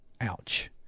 Ouch